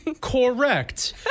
Correct